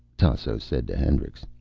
tasso said to hendricks.